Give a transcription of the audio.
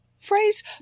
phrase